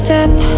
Step